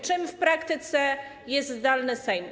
Czym w praktyce jest zdalny Sejm?